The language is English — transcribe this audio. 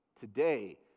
Today